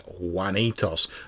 Juanitos